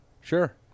Sure